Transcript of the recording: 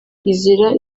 izira